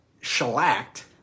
shellacked